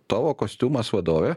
tavo kostiumas vadovė